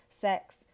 sex